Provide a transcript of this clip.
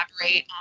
collaborate